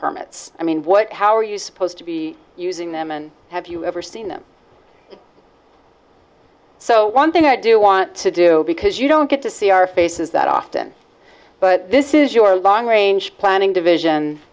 permits i mean what how are you supposed to be using them and have you ever seen them so one thing i do want to do because you don't get to see our faces that often but this is your long range planning division